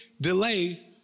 delay